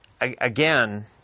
again